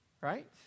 right